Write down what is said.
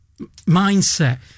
mindset